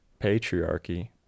patriarchy